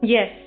Yes